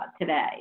today